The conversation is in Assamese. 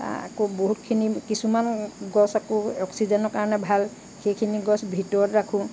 আকৌ বহুতখিনি কিছুমান গছ আকৌ অক্সিজেনৰ কাৰণে ভাল সেইখিনি গছ ভিতৰত ৰাখোঁ